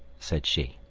said she.